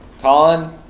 Colin